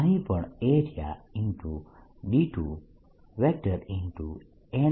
અહીં પણ Area × D2